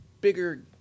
bigger